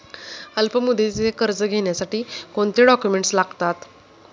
अल्पमुदतीचे कर्ज घेण्यासाठी कोणते डॉक्युमेंट्स लागतात?